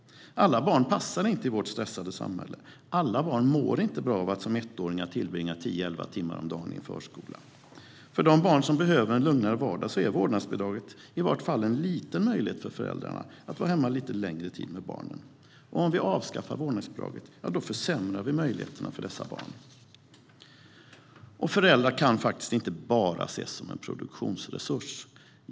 Alla barn passar inte i vårt stressade samhälle. Alla barn mår inte bra av att som ettåringar tillbringa tio elva timmar om dagen i förskolan. För de barn som behöver en lugnare vardag är vårdnadsbidraget i vart fall en liten möjlighet för föräldrarna att vara hemma med barnen lite längre tid. Om vi avskaffar vårdnadsbidraget försämrar vi möjligheterna för dessa barn. Föräldrar kan inte bara ses som en produktionsresurs.